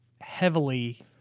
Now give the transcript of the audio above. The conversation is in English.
heavily